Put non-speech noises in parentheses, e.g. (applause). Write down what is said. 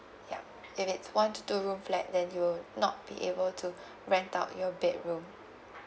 ya if it's one to two room flat then you will not be able to (breath) rent out your bedroom